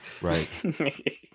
right